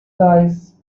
dice